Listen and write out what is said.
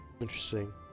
Interesting